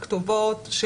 הכתובות,